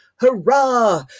hurrah